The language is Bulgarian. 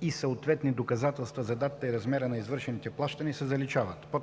и съответни доказателства за датата и размера на извършените плащания” се заличават; б)